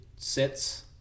sets